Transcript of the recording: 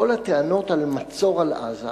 כל הטענות על מצור על עזה